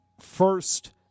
first